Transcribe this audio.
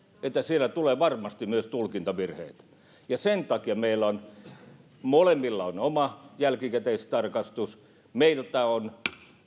että siellä tulee varmasti myös tulkintavirheitä ja sen takia meillä molemmilla on oma jälkikäteistarkastus meiltä on